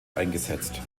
eingesetzt